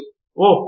విద్యార్థి 1 ఓహ్